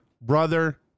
brother